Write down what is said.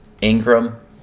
Ingram